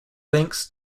thanks